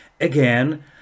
Again